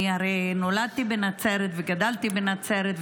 אני הרי נולדתי בנצרת וגדלתי בנצרת,